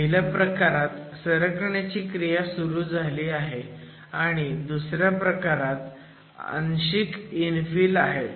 पहिल्या प्रकारात सरकण्याची क्रिया सुरू झाली आहे आणि दुसऱ्या प्रकारात आंशिक इन्फिल आहे